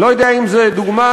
אני לא יודע אם זו דוגמה,